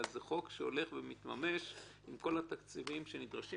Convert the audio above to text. אלא חוק שהולך ומתממש עם כל התקציבים שנדרשים.